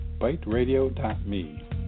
byteradio.me